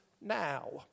now